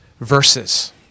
verses